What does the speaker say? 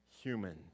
Human